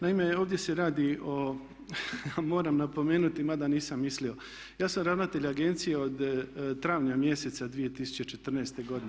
Naime, ovdje se radi o moram napomenuti mada nisam mislio ja sam ravnatelj agencije od travnja mjeseca 2014. godine.